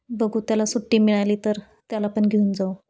बघू त्याला सुट्टी मिळाली तर त्याला पण घेऊन जाऊ